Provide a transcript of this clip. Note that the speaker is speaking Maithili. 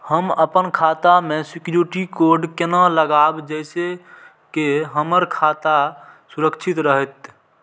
हम अपन खाता में सिक्युरिटी कोड केना लगाव जैसे के हमर खाता सुरक्षित रहैत?